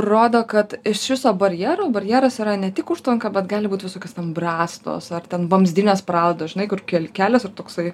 rodo kad iš viso barjerų barjeras yra ne tik užtvanka bet gali būt visokios ten brastos ar ten vamzdinės pralaidos žinai kur kelias ir toksai